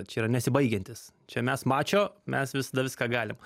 čia yra nesibaigiantis čia mes mačo mes visada viską galim